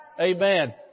Amen